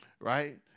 right